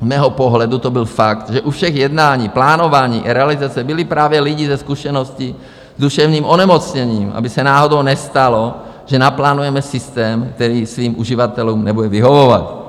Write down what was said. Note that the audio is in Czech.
Z mého pohledu to byl fakt, že u všech jednání, plánování i realizace byli právě lidi se zkušeností s duševním onemocněním, aby se náhodou nestalo, že naplánujeme systém, který svým uživatelům nebude vyhovovat.